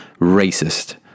racist